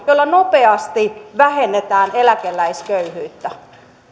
joilla nopeasti vähennetään eläkeläisköyhyyttä